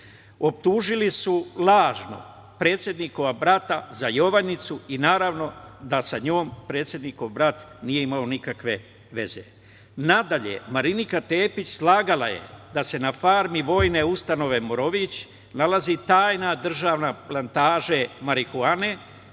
čina. Optužili su lažno predsednikovog brata za Jovanjicu i naravno, da sa njom predsednikov brat nije imao nikakve veze. Nadalje, Marinika Tepić, slagala je da se Farmi Vojne ustanove Morović, nalazi tajna državna plantaža marihuane,